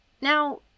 Now